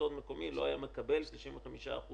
השלטון המקומי לא היה מקבל 95%